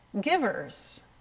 givers